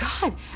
god